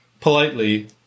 politely